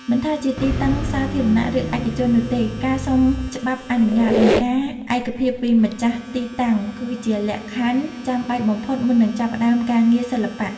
មិនថាជាទីតាំងសាធារណៈ ឬឯកជននោះទេ ការសុំច្បាប់អនុញ្ញាត និងការឯកភាពពីម្ចាស់ទីតាំង គឺជាលក្ខខណ្ឌចាំបាច់បំផុតមុននឹងចាប់ផ្ដើមការងារសិល្បៈ។